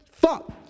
Fuck